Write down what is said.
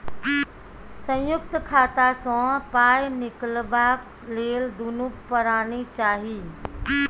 संयुक्त खाता सँ पाय निकलबाक लेल दुनू परानी चाही